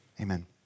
Amen